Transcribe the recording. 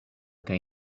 kaj